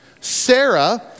Sarah